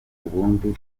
ubundi